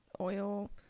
oil